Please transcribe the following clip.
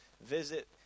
visit